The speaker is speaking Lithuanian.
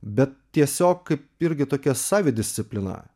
bet tiesiog kaip irgi tokia savidisciplina